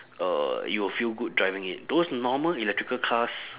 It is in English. uh you'll feel good driving it those normal electrical cars